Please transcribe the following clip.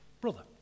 brother